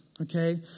Okay